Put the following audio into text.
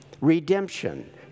redemption